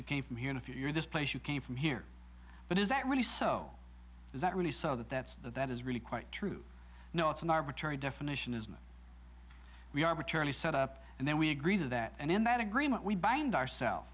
you came from here and if you're this place you came from here but is that really so is that really so that that's that that is really quite true no it's an arbitrary definition isn't it we arbitrarily set up and then we agree to that and in that agreement we bind ourselves